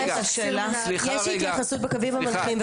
יש התייחסות בקווים מנחים,